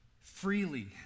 freely